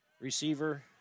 Receiver